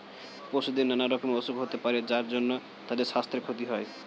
পশুদের নানা রকমের অসুখ হতে পারে যার জন্যে তাদের সাস্থের ক্ষতি হয়